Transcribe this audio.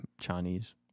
Chinese